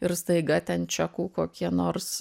ir staiga ten čekų kokie nors